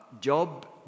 Job